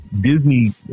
Disney